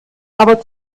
aber